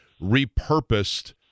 repurposed